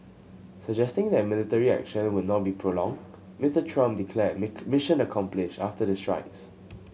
suggesting that the military action would not be prolonged Mister Trump declared mission accomplished after the strikes